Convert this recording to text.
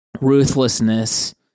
ruthlessness